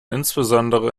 insbesondere